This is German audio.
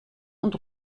und